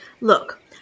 Look